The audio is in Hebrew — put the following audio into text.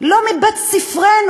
לא מבית-ספרנו.